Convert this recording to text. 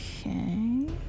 Okay